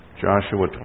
Joshua